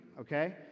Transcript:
okay